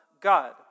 God